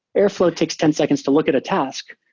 airflow takes ten seconds to look at a task.